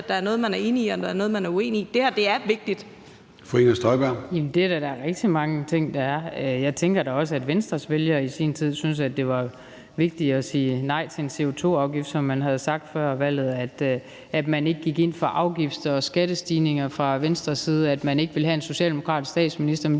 Gade): Fru Inger Støjberg. Kl. 13:35 Inger Støjberg (DD): Jamen det er der da rigtig mange ting, der er. Jeg tænker da også, at Venstres vælgere i sin tid syntes, at det var vigtigt at sige nej til en CO2-afgift, hvilket man havde sagt før valget, altså at man ikke gik ind for afgifter og skattestigninger fra Venstre side af, og at man ikke ville have en socialdemokratisk statsminister, men